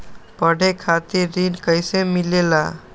पढे खातीर ऋण कईसे मिले ला?